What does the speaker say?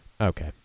Okay